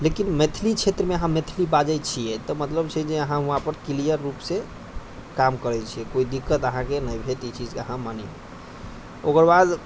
लेकिन मैथिली क्षेत्रमे अहाँ मैथिली बाजै छियै तऽ मतलब छै जे अहाँ वहाँपर क्लियर रूपसँ काम करै छियै कोइ दिक्कत अहाँके नहि भेटै छै ई चीजके अहाँ मानियौ ओकर बाद